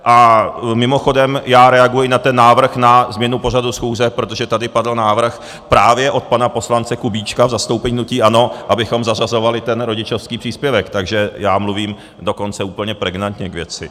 A mimochodem, já reaguji na ten návrh na změnu pořadu schůze, protože tady padl návrh právě od pana poslance Kubíčka v zastoupení hnutí ANO, abychom zařazovali ten rodičovský příspěvek, takže já mluvím dokonce úplně pregnantně k věci.